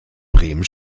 bremen